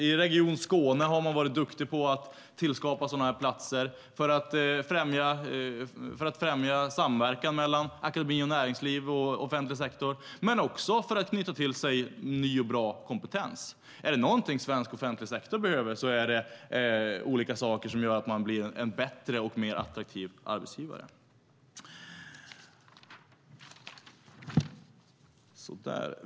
I Region Skåne har man varit duktig på att tillskapa sådana här platser för att främja samverkan mellan akademi och näringsliv och offentlig sektor men också för att knyta till sig ny och bra kompetens. Är det någonting svensk offentlig sektor behöver så är det olika saker som gör att man blir en bättre och mer attraktiv arbetsgivare.